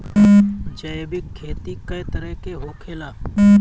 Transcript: जैविक खेती कए तरह के होखेला?